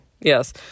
Yes